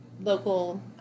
local